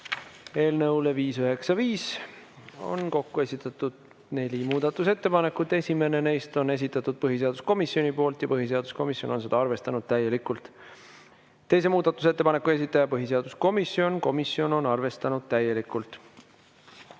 Eelnõu 595 kohta on esitatud kokku neli muudatusettepanekut. Esimene neist on esitatud põhiseaduskomisjoni poolt ja põhiseaduskomisjon on seda arvestanud täielikult. Teine muudatusettepanek, esitaja põhiseaduskomisjon, komisjon on arvestanud täielikult.